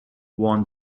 won